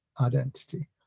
identity